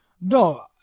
No